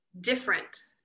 different